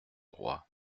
roi